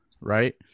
right